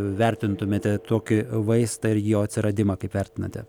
vertintumėte tokį vaistą ir jo atsiradimą kaip vertinate